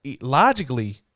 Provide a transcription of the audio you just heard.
Logically